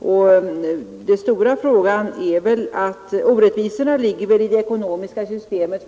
Orättvisorna ligger i det nuvarande ekonomiska systemet.